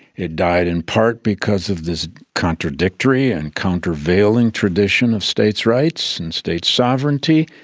it died in part because of this contradictory and countervailing tradition of states' rights and state sovereignty.